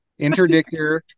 Interdictor